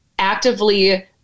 actively